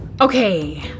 Okay